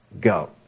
go